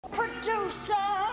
Producer